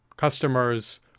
Customers